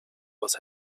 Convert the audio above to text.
was